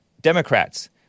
Democrats